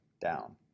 down